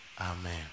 Amen